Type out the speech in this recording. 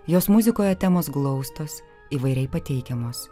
jos muzikoje temos glaustos įvairiai pateikiamos